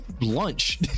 lunch